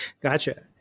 Gotcha